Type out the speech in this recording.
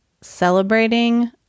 celebrating